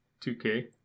2K